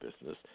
business